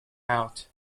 out